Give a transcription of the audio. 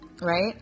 right